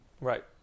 Right